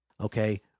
okay